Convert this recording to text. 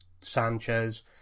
sanchez